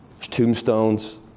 tombstones